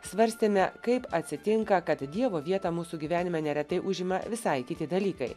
svarstėme kaip atsitinka kad dievo vietą mūsų gyvenime neretai užima visai kiti dalykai